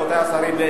רבותי השרים,